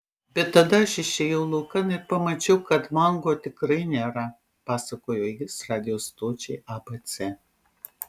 bet tada aš išėjau laukan ir pamačiau kad mango tikrai nėra pasakojo jis radijo stočiai abc